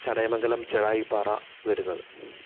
ചടയമംഗലം ജഡായുപ്പാറ വരുന്നത്